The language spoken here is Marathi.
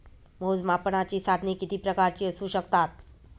मोजमापनाची साधने किती प्रकारची असू शकतात?